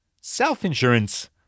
Self-insurance